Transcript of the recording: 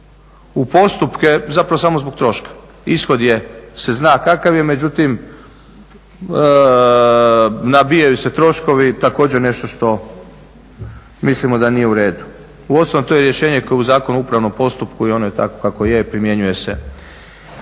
u postupke zapravo samo zbog troška. Ishod je, se zna kakav je. Međutim, nabijaju se troškovi, također nešto što mislimo da nije u redu. Uostalom to je rješenje koje je u Zakonu o upravnom postupku i ono je takvo kakvo je i primjenjuje se.